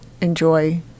enjoy